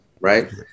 right